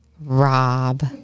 Rob